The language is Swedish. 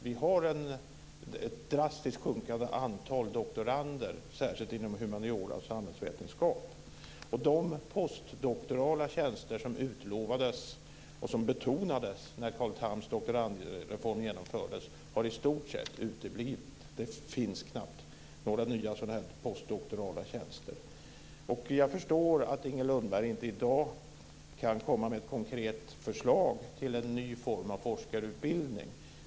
Vi har ett drastiskt sjunkande antal doktorander, särskilt inom humaniora och samhällsvetenskap. De postdoktorala tjänster som utlovades och som betonades när Carl Thams doktorandreform genomfördes har i stort sett uteblivit. Det finns knappt några nya postdoktorala tjänster. Jag förstår att Inger Lundberg inte i dag kan komma med ett konkret förslag till en ny forskarutbildning.